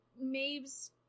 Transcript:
Maeve's